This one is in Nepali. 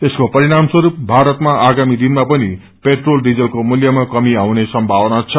यसको परिणामस्वस्थ भारतामा आगामी दिनमा पनि पेट्रोल डिजलको मूल्यामक मी आउने सम्भावना छ